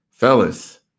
Fellas